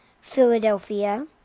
Philadelphia